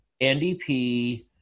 NDP